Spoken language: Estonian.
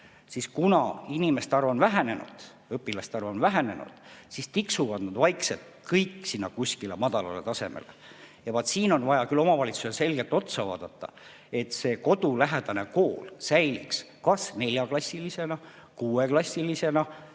siis kuna inimeste arv on vähenenud, õpilaste arv on vähenenud, siis tiksuvad need vaikselt kõik kuskile sinna madalale tasemele. Vaat siin on vaja küll omavalitsusel sellele selgelt otsa vaadata, et see kodulähedane kool säiliks kas neljaklassilisena, kuueklassilisena,